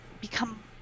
become